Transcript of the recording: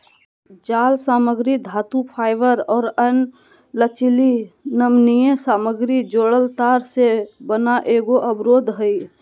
जालसामग्री धातुफाइबर और अन्य लचीली नमनीय सामग्री जोड़ल तार से बना एगो अवरोध हइ